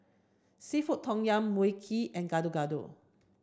Seafood Tom Yum Mui Kee and Gado Gado